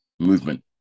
Movement